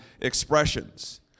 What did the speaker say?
Expressions